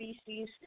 species